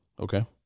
Okay